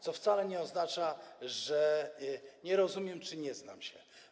co wcale nie oznacza, że nie rozumiem czy nie znam się.